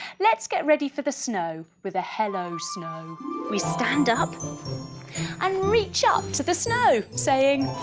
let's get ready for the snow with a hello snow we stand up and reach up to the snow saying,